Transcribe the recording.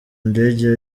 ndege